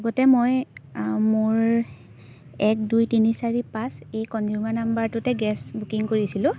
আগতে মই মোৰ এক দুই তিনি চাৰি পাঁচ এই কনজিউমাৰ নাম্বাৰটোতে গেছ বুকিং কৰিছিলোঁ